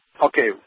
okay